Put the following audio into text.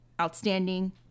outstanding